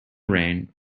rain